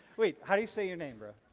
wait how do you say your name bro?